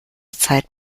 zeit